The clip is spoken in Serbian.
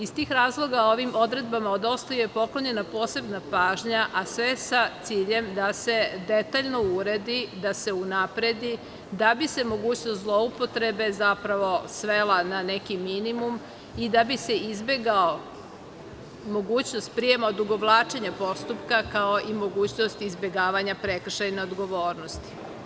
Iz tih razloga ovim odredbama je poklonjena posebna pažnja, a sve sa ciljem da se detaljno uredi, da se unapredi, da bi se mogućnost zloupotrebe zapravo svela na neki minimum i da bi se izbegla mogućnost prijema, odugovlačenja postupka kao i mogućnost izbegavanja prekršajne odgovornosti.